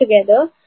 together